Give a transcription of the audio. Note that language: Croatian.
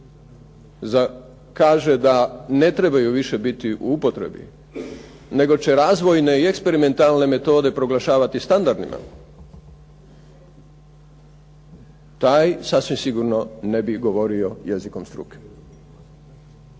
kaže da ne trebaju više biti u upotrebi nego će razvojne i eksperimentalne metode proglašavati standardnima taj sasvim sigurno ne bi govorio jezikom struke.